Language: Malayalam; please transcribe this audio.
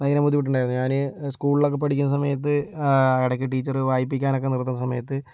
ഭയങ്കര ബുദ്ധിമുട്ടുണ്ടായിരുന്നു ഞാൻ സ്കൂളിലൊക്കെ പഠിക്കുന്ന സമയത്ത് ഇടയ്ക്ക് ടീച്ചർ വായിപ്പിക്കാനൊക്കെ നിർത്തുന്ന സമയത്ത്